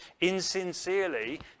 insincerely